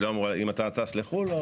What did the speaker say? אם אתה טס לחו"ל,